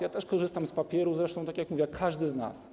Ja też korzystam z papieru, zresztą tak jak mówię, jak każdy z nas.